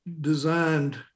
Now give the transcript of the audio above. designed